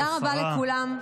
תודה רבה לכולם.